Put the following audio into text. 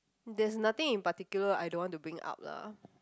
there's nothing in particular I don't want to bring up lah